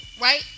Right